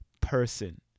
person